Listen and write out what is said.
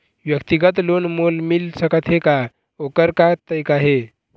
व्यक्तिगत लोन मोल मिल सकत हे का, ओकर का तरीका हे?